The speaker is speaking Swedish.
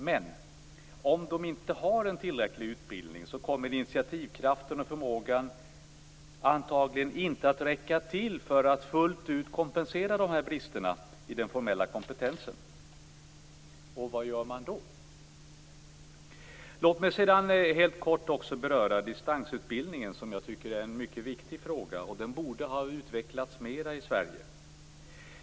Men om de inte har tillräcklig utbildning kommer initiativkraften och förmågan antagligen inte att räcka till för att fullt ut kompensera bristerna i den formella kompetensen. Och vad gör man då? Låt mig också helt kort beröra distansutbildningen, som jag tycker är en mycket viktig fråga. Den borde ha utvecklats mer i Sverige.